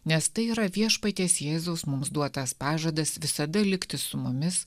nes tai yra viešpaties jėzaus mums duotas pažadas visada likti su mumis